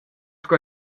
sco